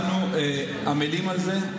אנחנו עמלים על זה.